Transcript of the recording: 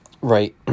Right